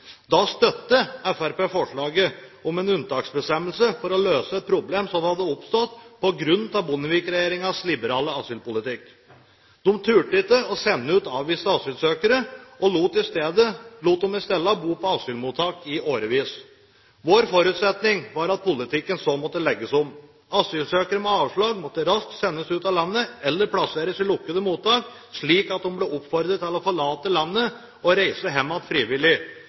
Da støttet Fremskrittspartiet forslaget om en unntaksbestemmelse for å løse et problem som hadde oppstått på grunn av Bondevik-regjeringens liberale asylpolitikk. De turte ikke å sende ut avviste asylsøkere og lot dem i stedet bo på asylmottak i årevis. Vår forutsetning var at politikken så måtte legges om. Asylsøkere med avslag måtte raskt sendes ut av landet eller plasseres i lukkede mottak, slik at de ble oppfordret til å forlate landet og reise hjem frivillig,